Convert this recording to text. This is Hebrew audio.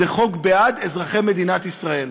זה חוק בעד אזרחי מדינת ישראל.